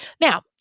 Now